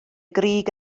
grug